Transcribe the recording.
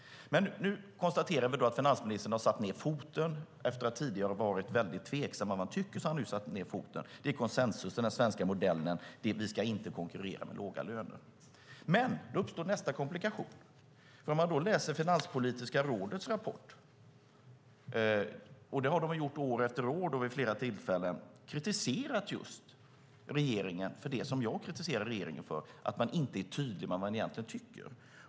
Men nu konstaterar vi att finansministern har satt ned foten efter att tidigare ha varit väldigt tveksam om vad han ska tycka. Han talar om konsensus och den svenska modellen. Vi ska inte konkurrera med låga löner, säger han. Men då uppstår nästa komplikation. Finanspolitiska rådet har år efter år vid flera tillfällen kritiserat regeringen för det som jag kritiserar regeringen för: att man inte är tydlig om vad man egentligen tycker.